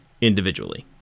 individually